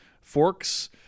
forks